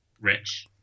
rich